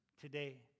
today